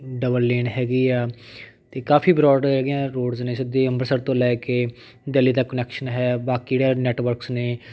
double lane ਹੈਗੀ ਆ ਅਤੇ ਕਾਫ਼ੀ ਬਰੋਡ ਹੈਗੀਆਂ ਰੋਡਜ਼ ਨੇ ਸਿੱਧੀ ਅੰਬਰਸਰ ਤੋਂ ਲੈ ਕੇ ਦਿੱਲੀ ਤੱਕ ਕੁਨੈਕਸ਼ਨ ਹੈ ਬਾਕੀ ਜਿਹੜਾ ਨੈੱਟਵਰਕਸ ਨੇ